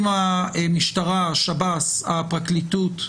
אם המשטרה, שירות בתי הסוהר, הפרקליטות,